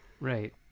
right